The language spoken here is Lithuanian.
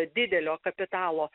didelio kapitalo